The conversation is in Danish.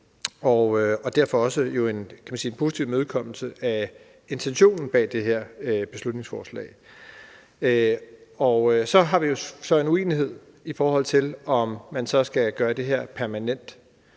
er det også en positiv imødekommelse af intentionen bag det her beslutningsforslag. Så har vi så en uenighed om, om man så skal gøre det her permanent.